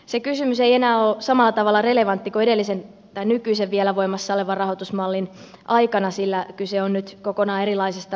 se kysymys ei enää ole samalla tavalla relevantti kuin nykyisen vielä voimassa olevan rahoitusmallin aikana sillä kyse on nyt kokonaan erilaisesta veroluonteisemmasta maksusta